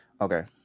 Okay